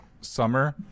summer